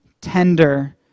tender